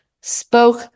spoke